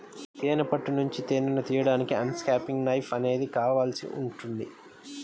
తేనె పట్టు నుంచి తేనెను తీయడానికి అన్క్యాపింగ్ నైఫ్ అనేది కావాల్సి ఉంటుంది